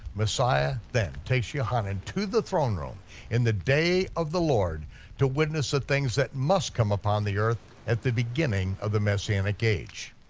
messiah then takes yochanan to the throne room in the day of the lord to witness the things that must come upon the earth at the beginning of the messianic age.